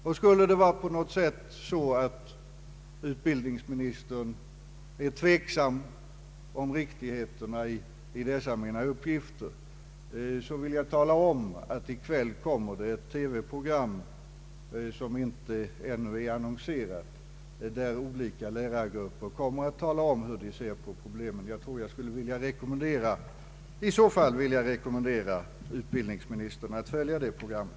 Om utbildningsministern på något sätt skulle vara tveksam beträffande riktigheten av mina uppgifter, vill jag tala om att det i kväll kommer ett TV program, som ännu inte är annonserat, i vilket olika lärargrupper kommer att ge besked om hur de ser på problemen. Jag vill rekommendera utbildningsministern att följa det programmet.